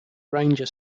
ranger